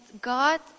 God